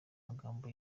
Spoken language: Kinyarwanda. magambo